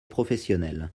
professionnelles